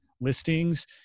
listings